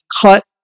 cut